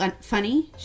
funny